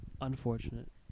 Unfortunate